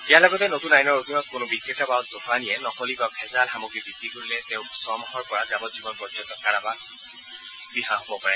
ইয়াৰ লগতে নতুন আইনৰ অধীনত কোনো বিক্ৰেতা বা দোকানীয়ে নকলী বা ভেজাল সামগ্ৰী বিক্ৰী কৰিলে তেওঁ ছমাহৰ পৰা যাবজ্জীৱন পৰ্যন্ত কাৰাবাস খাটিব লগা হব পাৰে